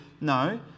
No